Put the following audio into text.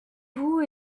vous